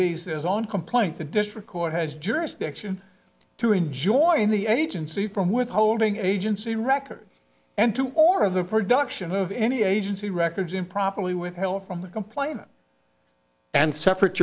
be on complaint the district court has jurisdiction to enjoy the agency from withholding agency record and to or of the production of any agency records improperly withheld from the complaint and separate